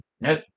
Nope